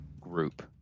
group